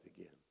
again